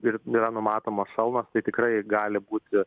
ir yra numatomos šalnos tai tikrai gali būti